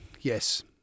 Yes